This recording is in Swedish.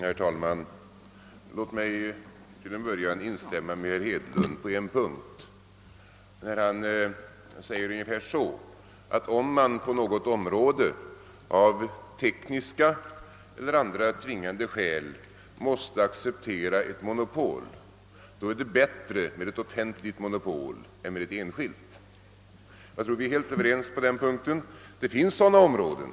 Herr talman! Låt mig till en början instämma med herr Hedlund på en punkt, nämligen när han säger att om man på något område av tekniska eller andra tvingande skäl måste acceptera ett monopol, så är det bättre med ett offentligt monopol än med ett enskilt. Jag tror att vi är helt överens på den punkten. Det finns sådana områden.